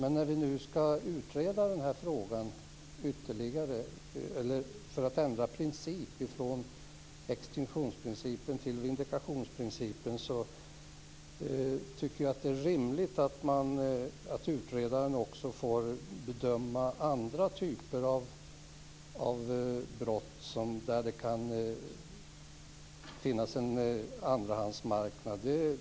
Men när man nu skall utreda frågan för att ändra princip från extinktionsprincipen till vindikationsprincipen är det rimligt att utredaren också får bedöma andra typer av brott där det kan finnas en andrahandsmarknad.